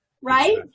Right